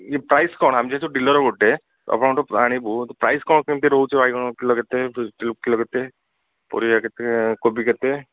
ୟେ ପ୍ରାଇସ କ'ଣ ଆମେ ଯେହେତୁ ଡିଲର ଗୋଟେ ଆପଣଙ୍କଠାରୁ ଆଣିବୁ ପ୍ରାଇସ କଣ କେମିତି ରହୁଛି ବାଇଗଣ କିଲୋ କେତେ କିଲୋ କେତେ ପରିବା କେତେ କୋବି କେତେ